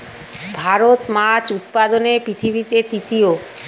ভারত মাছ উৎপাদনে পৃথিবীতে তৃতীয়